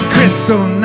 Crystal